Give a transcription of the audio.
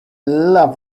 love